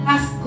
Ask